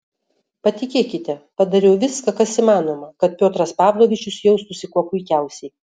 patikėkite padariau viską kas įmanoma kad piotras pavlovičius jaustųsi kuo puikiausiai